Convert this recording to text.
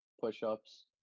push-ups